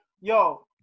yo